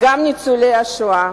וגם ניצולי השואה.